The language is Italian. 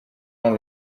non